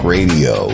Radio